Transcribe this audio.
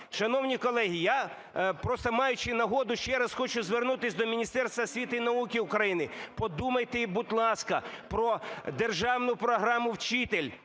Шановні колеги, я просто, маючи нагоду, ще раз хочу звернутись до Міністерства освіти і науки України. Подумайте, будь ласка, про державну програму "Вчитель".